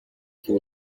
can